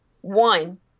one